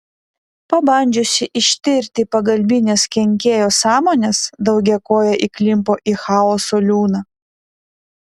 pabandžiusi ištirti pagalbines kenkėjo sąmones daugiakojė įklimpo į chaoso liūną